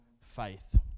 faith